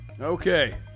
Okay